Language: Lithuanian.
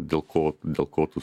dėl ko dėl ko tu